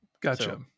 Gotcha